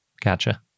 Gotcha